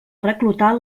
reclutar